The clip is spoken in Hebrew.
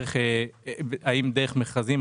האם דרך מכרזים.